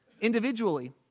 individually